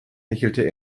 hechelte